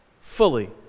fully